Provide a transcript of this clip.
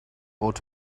ought